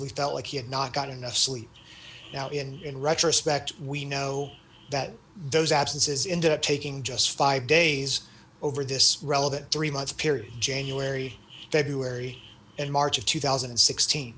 y felt like he had not got enough sleep now in retrospect we know that those absences into taking just five days over this relevant three month period january february and march of two thousand and sixteen